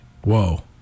whoa